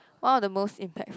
what are the most impactful